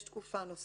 יש תקופה נוספת